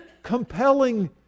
compelling